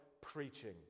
preaching